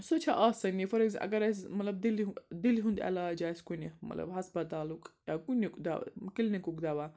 سُہ چھُ آسٲنی فار اٮ۪کزے اَگر اَسہِ مطلب دِلہِ دِلہِ ہُنٛد عٮ۪لاج آسہِ کُنہِ مطلب ہَسپَتالُک یا کُنیُک دَ کِلنِکُک دَوا